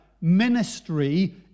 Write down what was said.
Ministry